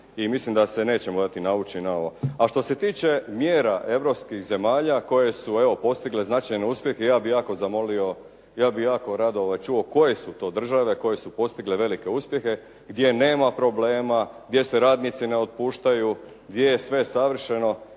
i mislim da se nećemo dati navući na ovo. A što se tiče mjera europskih zemalja koje su evo postigle značajan uspjeh ja bih jako rado čuo koje su to države koje su postigle velike uspjehe, gdje nema problema, gdje se radnici ne otpuštaju, gdje je sve savršeno.